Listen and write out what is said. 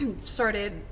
started